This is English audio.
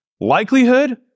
Likelihood